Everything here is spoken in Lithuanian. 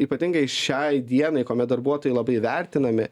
ypatingai šiai dienai kuomet darbuotojai labai vertinami